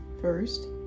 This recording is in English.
First